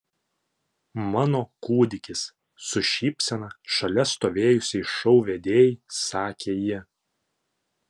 mano kūdikis su šypsena šalia stovėjusiai šou vedėjai sakė ji